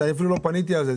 אני אפילו לא פניתי על זה,